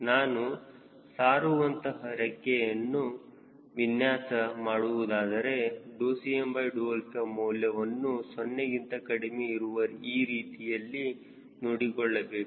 ನಾನು ಸಾರುವಂತಹ ರೆಕ್ಕೆಯನ್ನು ವಿನ್ಯಾಸ ಮಾಡುವುದಾದರೆ Cm ಮೌಲ್ಯವನ್ನು 0 ಗಿಂತ ಕಡಿಮೆ ಇರುವ ಈ ರೀತಿಯಲ್ಲಿ ನೋಡಿಕೊಳ್ಳಬೇಕು